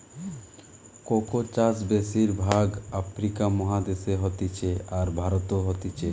cocoa চাষ বেশির ভাগ আফ্রিকা মহাদেশে হতিছে, আর ভারতেও হতিছে